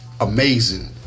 amazing